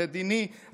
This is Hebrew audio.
המדיני,